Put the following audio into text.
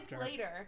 later